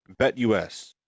BetUS